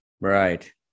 Right